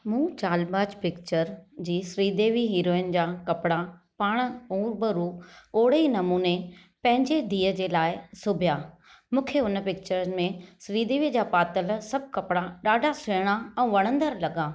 मूं चालबाज़ पिकिचरु जी श्रीदेवी हीरोइननि जा कपिड़ा पाण हुबा हू ओड़े ई नमूने पंहिंजी धीअ जे लाइ सिबिया मूंखे हुन पिकिचरु में श्रीदेवी जा पातल सभु कपिड़ा ॾाढा सुहिणा ऐं वणंदड़ु लॻा